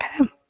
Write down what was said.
okay